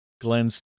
Glenn's